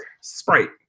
Sprite